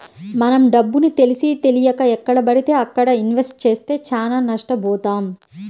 మనం డబ్బుని తెలిసీతెలియక ఎక్కడబడితే అక్కడ ఇన్వెస్ట్ చేస్తే చానా నష్టబోతాం